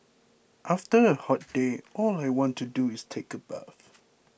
after a hot day all I want to do is take a bath